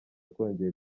twongeye